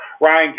Ryan